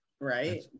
right